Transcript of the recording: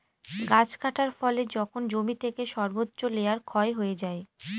গাছ কাটার ফলে যখন জমি থেকে সর্বোচ্চ লেয়ার ক্ষয় হয়ে যায়